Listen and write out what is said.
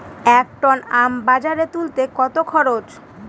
এক টন আম বাজারে তুলতে কত খরচ?